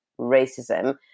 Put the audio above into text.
racism